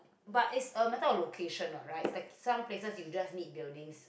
but it's a matter of location what right is that some places you just need buildings